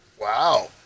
Wow